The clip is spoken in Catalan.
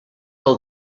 del